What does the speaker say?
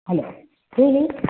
hello ಹೇಳಿ